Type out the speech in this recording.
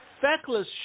feckless